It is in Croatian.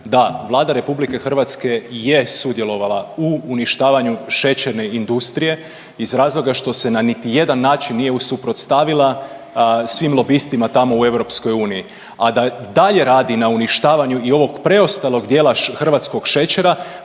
Da, Vlada RH je sudjelovala u uništavanju šećerne industrije iz razloga što se na niti jedan način nije usuprotstavila svim lobistima tamo u EU. A dalje radi na uništavanju i ovog preostalog dijela hrvatskog šećera